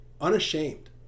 Unashamed